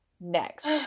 next